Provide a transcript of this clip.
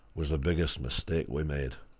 was the biggest mistake we made,